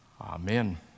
Amen